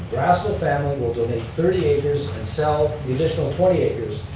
grassl family will donate thirty acres and sell the additional twenty acres